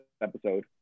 episode